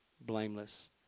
blameless